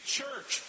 church